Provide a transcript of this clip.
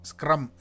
Scrum